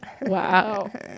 Wow